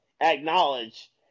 acknowledge